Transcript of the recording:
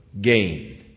gained